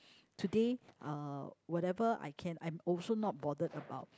today uh whatever I can I'm also not bothered about